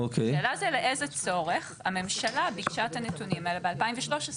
השאלה היא לאיזה צורך הממשלה ביקשה את הנתונים האלה ב-2013?